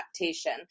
adaptation